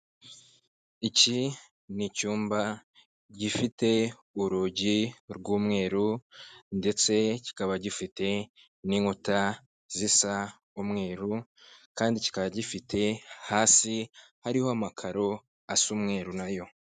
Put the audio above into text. Iki ni icyumba gifite urugi rw'umweru ndetse kikaba gifite n'inkuta zisa umweru, kandi kikaba gifite hasi hariho amakaro asa umweru na yo.